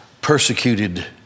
persecuted